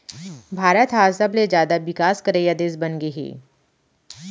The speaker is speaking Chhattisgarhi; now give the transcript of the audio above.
भारत ह आज सबले जाता बिकास करइया देस बनगे हे